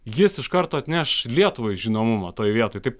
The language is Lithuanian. jis iš karto atneš lietuvai žinomumą toj vietoj taip